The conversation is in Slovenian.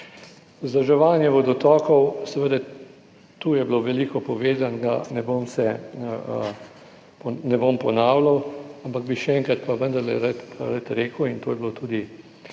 Vzdrževanje vodotokov, seveda tu je bilo veliko povedanega, ne bom ponavljal, ampak bi še enkrat pa vendarle rad rekel in to je bilo tudi